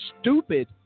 stupid